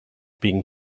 being